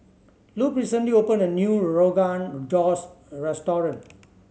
Lupe recently opened a new Rogan Josh Restaurant